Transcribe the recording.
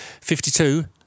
52